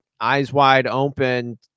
eyes-wide-open